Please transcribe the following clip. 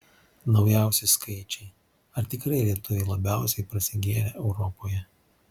naujausi skaičiai ar tikrai lietuviai labiausiai prasigėrę europoje